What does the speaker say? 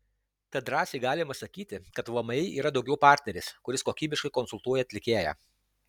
tad drąsiai galima sakyti kad vmi yra daugiau partneris kuris kokybiškai konsultuoja atlikėją